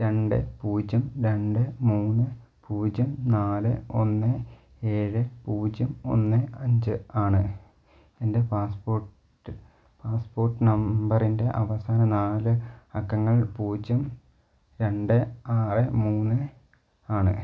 രണ്ട് പൂജ്യം രണ്ട് മൂന്ന് പൂജ്യം നാല് ഒന്ന് ഏഴേ പൂജ്യം ഒന്നേ അഞ്ച് ആണ് എന്റെ പാസ്പോർട്ട് പാസ്പോർട്ട് നമ്പറിന്റെ അവസാന നാല് അക്കങ്ങൾ പൂജ്യം രണ്ട് ആറ് മൂന്ന് ആണ്